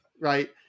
right